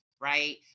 right